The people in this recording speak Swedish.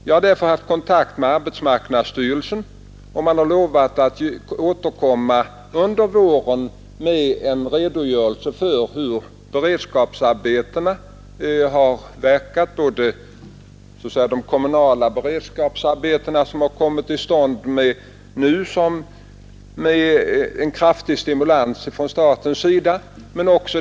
Jag har därför varit i kontakt med arbetsmarknadsstyrelsen, och man har lovat återkomma under våren med en redogörelse för hur de kommunala beredskapsarbetena, som kommit till stånd nu med en kraftig stimulans från statens sida, har utfallit.